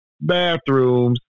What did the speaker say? bathrooms